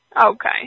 Okay